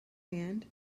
hand